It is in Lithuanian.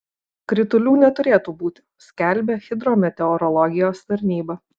kritulių neturėtų būti skelbia hidrometeorologijos tarnyba